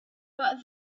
but